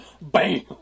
Bam